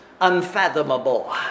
unfathomable